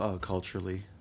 culturally